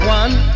one